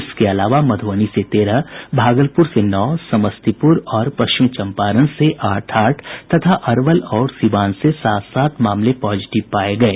इसके अलावा मुधबनी से तेरह भागलपुर से नौ समस्तीपुर और पश्चिमी चम्पारण से आठ आठ तथा अरवल और सीवान से सात सात मामले पॉजिटिव पाये गये